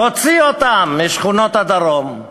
תוציא אותם משכונות הדרום,